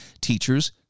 teachers